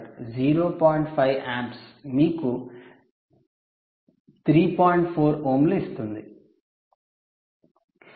4 ఓంలు ఇస్తుంది